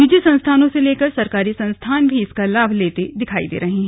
निजी संस्थानों से लेकर सरकारी संस्थान भी इसका लाभ लेते दिखाई दे रहे हैं